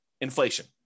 Inflation